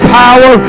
power